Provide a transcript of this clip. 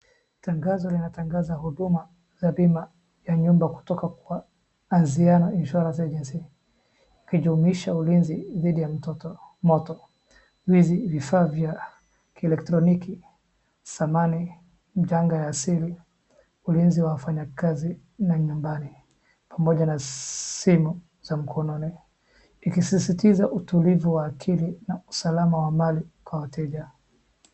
Tangazo linatangaza huduma za bima ya nyumba kutoka kwa Anziano Insurance Agency. Ikijumuisha ulinzi dhidi ya mtoto, moto, wizi, vifaa vya kielektroniki, samani, janga asili, ulinzi wa wafanya kazi na nyumbani, pamoja na simu za mkononi. Ikisisitiza utulivu wa akili na usalama wa mali kwa wateja.